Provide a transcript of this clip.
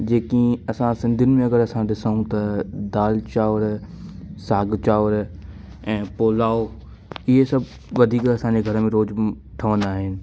जेकी असां सिंधियुनि में अगरि असां ॾिसूं त दालि चांवर साग चांवर ऐं पुलाउ इहो सभु वधीक असांजे घर में रोज़ु ठहंदा आहिनि